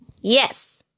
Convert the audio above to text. Yes